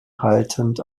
haltend